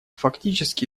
фактически